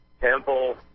Temple